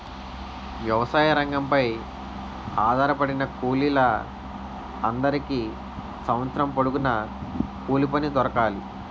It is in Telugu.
వ్యవసాయ రంగంపై ఆధారపడిన కూలీల అందరికీ సంవత్సరం పొడుగున కూలిపని దొరకాలి